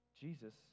Jesus